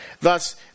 Thus